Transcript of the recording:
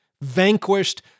vanquished